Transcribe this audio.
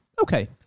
okay